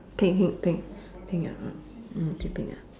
pink pink pink pink ah mm pink ah